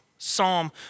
Psalm